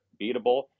beatable